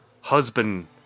husband